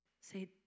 Say